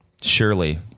surely